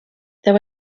there